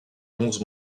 onze